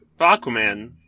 Aquaman